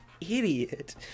idiot